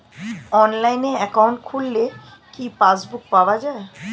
অনলাইনে একাউন্ট খুললে কি পাসবুক পাওয়া যায়?